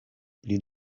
pli